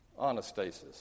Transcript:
Anastasis